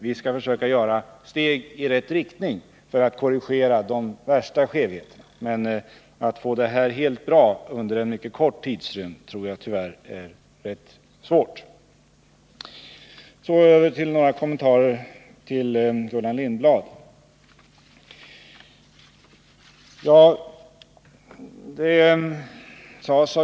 Vi skall givetvis försöka vidta åtgärder = m.m. i rätt riktning för att korrigera de värsta skevheterna, men att inom en mycket kort tidrymd få systemet helt tillfredsställande tror jag tyvärr är svårt. Jag vill sedan göra några kommentarer till Gullan Lindblad.